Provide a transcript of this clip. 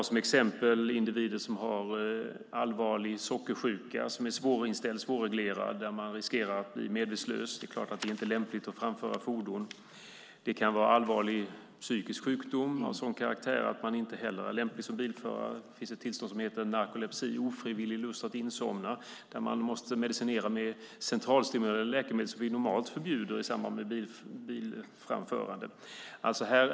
Som exempel kan vi ta individer som har allvarlig sockersjuka som är svårreglerad och där man riskerar att bli medvetslös. Det är klart att det då inte är lämpligt att man framför fordon. Det kan vara allvarlig psykisk sjukdom som är av sådan karaktär att man inte heller är lämplig som bilförare. Det finns ett tillstånd som heter narkolepsi, ofrivillig lust att insomna, där man måste medicinera med centralstimulerande läkemedel som vi normalt förbjuder i samband med bilframförande.